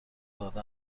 داده